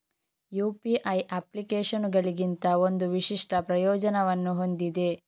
UPI ಅಪ್ಲಿಕೇಶನುಗಳಿಗಿಂತ ಒಂದು ವಿಶಿಷ್ಟ ಪ್ರಯೋಜನವನ್ನು ಹೊಂದಿದೆ